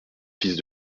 fils